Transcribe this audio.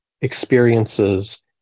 experiences